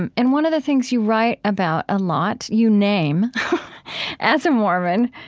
and and one of the things you write about a lot, you name as a mormon,